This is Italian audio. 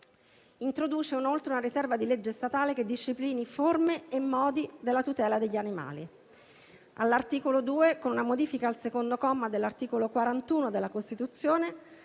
Introduce inoltre una riserva di legge statale che disciplina i modi e le forme della tutela degli animali. All'articolo 2, con una modifica al secondo comma dell'articolo 41 della Costituzione,